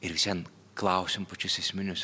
ir vis vien klausim pačius esminius